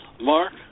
Mark